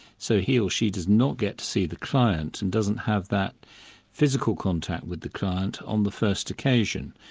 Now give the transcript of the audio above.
so he or she does not get to see the client, and doesn't have that physical contact with the client on the first occasion.